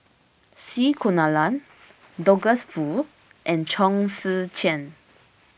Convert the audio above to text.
C Kunalan Douglas Foo and Chong Tze Chien